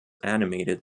animated